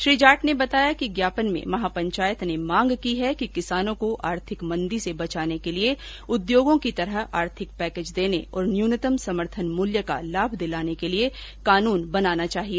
श्री जाट ने बताया कि ज्ञापन में महापंचायत ने मांग की है कि किसानों को आर्थिक मंदी से बचाने के लिए उद्योगों की तरह आर्थिक पैकेज देने और न्यूनतम समर्थन मूल्य का लाभ दिलाने के लिए कानून बनाया जाना चाहिए